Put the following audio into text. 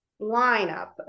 lineup